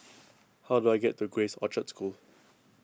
how do I get to Grace Orchard School